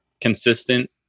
consistent